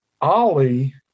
ollie